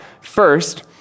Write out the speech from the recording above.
First